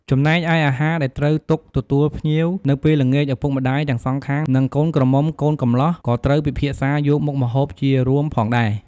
ចំណែកឯអាហារដែលត្រូវទុកទទួលភ្ញៀវនៅពេលល្ងាច ឪពុកម្តាយទាំងសងខាង និងកូនក្រមុំកូនកំលោះក៏ត្រូវពិភាក្សាយកមុខម្ហូបជារួមផងដែរ។